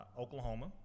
Oklahoma